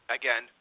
again